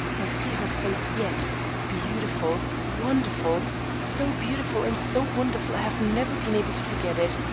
i see her face yet beautiful, wonderful so beautiful and so wonderful i have never been able to forget it.